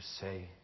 say